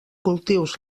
cultius